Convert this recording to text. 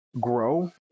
grow